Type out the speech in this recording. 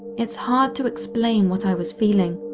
it's hard to explain what i was feeling,